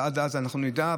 ועד אז אנחנו נדע.